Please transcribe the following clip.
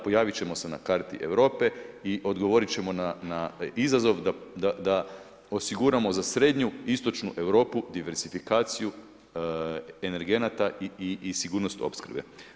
Pojavit ćemo se na karti Europe i odgovoriti ćemo na izazov da osiguramo za srednju i istočnu Europu diverzifikaciju energenata i sigurnost opskrbe.